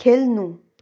खेल्नु